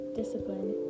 discipline